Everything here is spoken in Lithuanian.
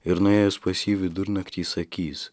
ir nuėjęs pas jį vidurnaktį sakys